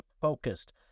focused